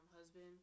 husband